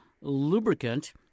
lubricant